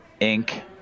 Inc